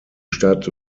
stadt